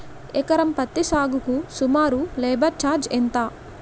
ఎకరం పత్తి సాగుకు సుమారు లేబర్ ఛార్జ్ ఎంత?